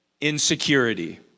Insecurity